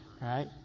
right